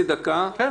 חדשה,